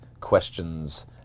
questions